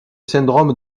syndrome